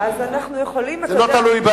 אז אנחנו יכולים, זה לא תלוי.